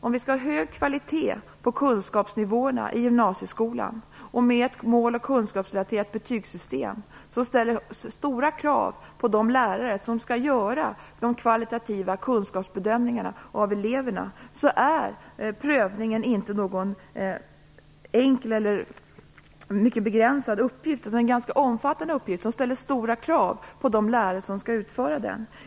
Om vi skall ha hög kvalitet på kunskapsnivåerna i gymnasieskolan, med ett mål och kunskapsrelaterat betygssystem, ställs det stora krav på de lärare som skall göra de kvalitativa kunskapsbedömningarna av eleverna. Prövningen är inte någon enkel eller mycket begränsad uppgift, utan en ganska omfattande uppgift, som ställer stora krav på de lärare som skall utföra den.